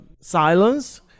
silence